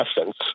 essence